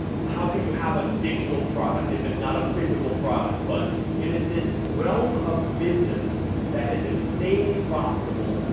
how can you have a digital product if it's not a physical product? but it is this realm of business that is insanely profitable,